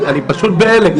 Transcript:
אני פשוט בהלם.